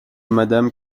madame